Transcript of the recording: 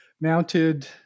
mounted